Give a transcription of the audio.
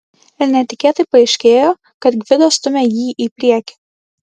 ir netikėtai paaiškėjo kad gvidas stumia jį į priekį